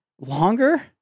Longer